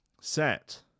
set